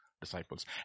disciples